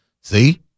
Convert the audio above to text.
See